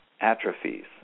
atrophies